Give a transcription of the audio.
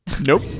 nope